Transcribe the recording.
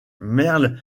merle